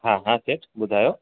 हा हा सेठ ॿुधायो